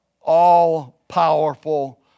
all-powerful